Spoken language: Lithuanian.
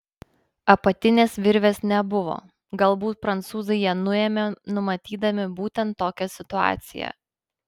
apatinės virvės nebuvo galbūt prancūzai ją nuėmė numatydami būtent tokią situaciją